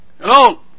Hello